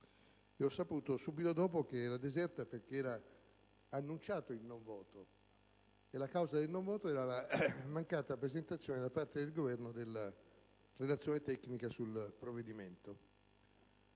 Ho saputo, subito dopo, che essa era deserta perché era annunciato il «non voto», e la causa del non voto era la mancata presentazione, da parte del Governo, della relazione tecnica sul provvedimento.